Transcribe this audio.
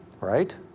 right